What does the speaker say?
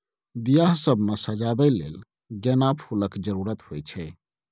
बियाह सब मे सजाबै लेल गेना फुलक जरुरत होइ छै